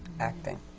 acting.